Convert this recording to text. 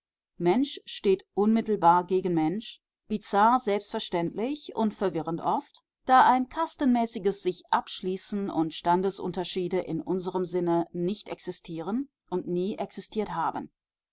mensch steht unmittelbar gegen mensch bizarr selbstverständlich und verwirrend oft da ein kastenmäßiges sichabschließen und standesunterschiede in unserem sinne nicht existieren und nie existiert haben